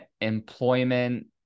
employment